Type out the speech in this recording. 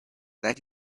that